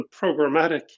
programmatic